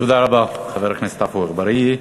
תודה רבה, חבר הכנסת עפו אגבאריה.